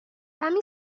کمی